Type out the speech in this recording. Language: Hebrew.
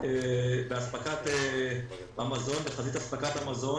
בחזית אספקת המזון.